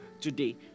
today